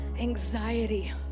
anxiety